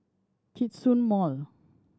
Djitsun Mall